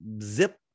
zip